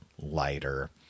lighter